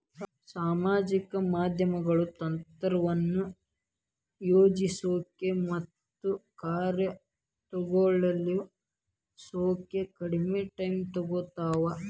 ಸಾಮಾಜಿಕ ಮಾಧ್ಯಮಗಳು ತಂತ್ರವನ್ನ ಯೋಜಿಸೋಕ ಮತ್ತ ಕಾರ್ಯಗತಗೊಳಿಸೋಕ ಕಡ್ಮಿ ಟೈಮ್ ತೊಗೊತಾವ